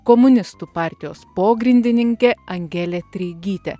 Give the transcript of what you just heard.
komunistų partijos pogrindininkė angelė treigytė